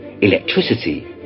electricity